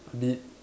a bit